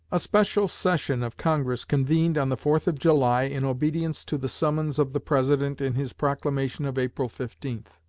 a special session of congress convened on the fourth of july, in obedience to the summons of the president in his proclamation of april fifteen.